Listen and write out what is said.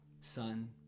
Son